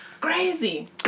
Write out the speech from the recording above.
Crazy